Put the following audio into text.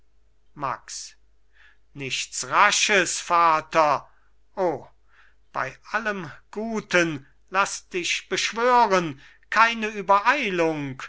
max nichts rasches vater o bei allem guten laß dich beschwören keine übereilung